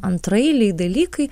antraeiliai dalykai